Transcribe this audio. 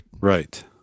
right